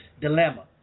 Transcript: dilemma